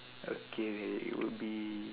okay it would be